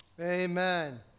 Amen